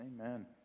Amen